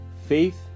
faith